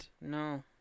No